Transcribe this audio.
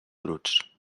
bruts